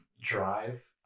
drive